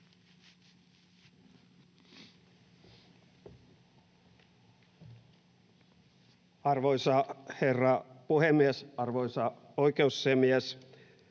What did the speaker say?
Arvoisa herra puhemies! Arvoisa oikeusasiamies!